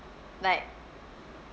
like